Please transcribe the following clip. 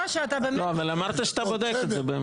לא, אבל אמרת שאתה בודק את זה.